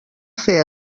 fer